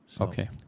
Okay